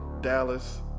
Dallas